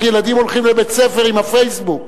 ילדים הולכים לבית-ספר עם ה"פייסבוק".